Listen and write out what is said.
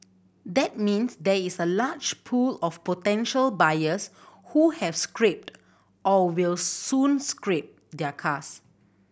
that means there is a large pool of potential buyers who have scrapped or will soon scrap their cars